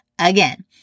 again